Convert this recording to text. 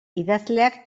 idazleak